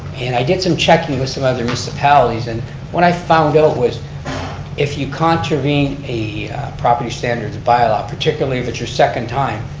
and i did some checking with some other municipalities and when i found out was if you contravene a property standards bylaw, particularly your second time,